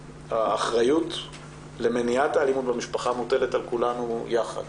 האחריות למניעת האלימות במשפחה מוטלת על כולנו יחד.